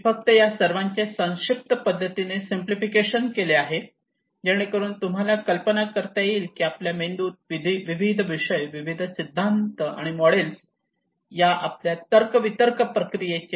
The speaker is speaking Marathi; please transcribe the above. मी फक्त या सर्वांचे संक्षिप्त पद्धतीने सिंपलीफिकेशन केले आहे जेणेकरुन तुम्हाला कल्पना येईल की आपल्या मेंदूत विविध विषय विविध सिद्धांत आणि मॉडेल्स या आपल्या तर्कवितर्क प्रक्रियेचे